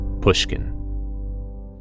pushkin